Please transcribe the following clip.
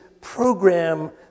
program